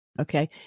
Okay